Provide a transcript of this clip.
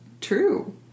true